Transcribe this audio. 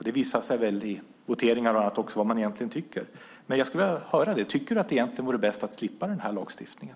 Det visar sig väl också i voteringar och annat vad man egentligen tycker. Men jag skulle vilja höra: Tycker du att det egentligen vore bäst att slippa den här lagstiftningen?